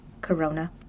Corona